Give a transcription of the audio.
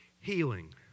healing